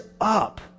up